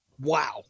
wow